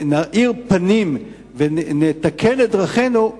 נאיר פנים ונתקן את דרכינו,